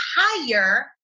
higher